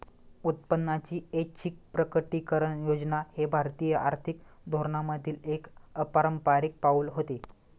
उत्पन्नाची ऐच्छिक प्रकटीकरण योजना हे भारतीय आर्थिक धोरणांमधील एक अपारंपारिक पाऊल होते